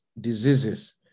diseases